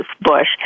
bush